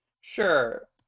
sure